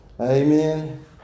Amen